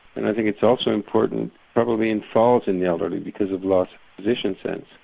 and i think it's also important probably in falls in the elderly because of lost position sense.